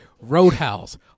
Roadhouse